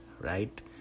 right